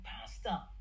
pasta